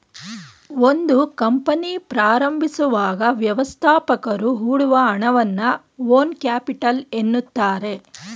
ಒಂದು ಕಂಪನಿ ಪ್ರಾರಂಭಿಸುವಾಗ ವ್ಯವಸ್ಥಾಪಕರು ಹೊಡುವ ಹಣವನ್ನ ಓನ್ ಕ್ಯಾಪಿಟಲ್ ಎನ್ನುತ್ತಾರೆ